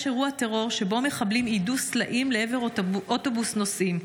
אירוע טרור שבו מחבלים יידו סלעים לעבר אוטובוס נוסעים.